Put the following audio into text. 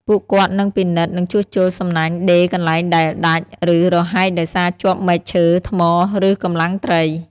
ពួកគាត់នឹងពិនិត្យ និងជួសជុល សំណាញ់ ដេរកន្លែងដែលដាច់ ឬរហែកដោយសារជាប់មែកឈើ ថ្ម ឬកម្លាំងត្រី។